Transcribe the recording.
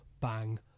bang